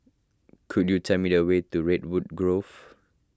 could you tell me the way to Redwood Grove